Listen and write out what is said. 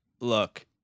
Look